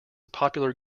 popular